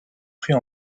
pris